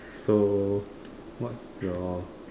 so what's your